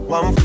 One